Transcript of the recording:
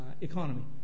economy